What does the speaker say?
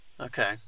Okay